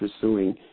pursuing